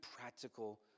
practical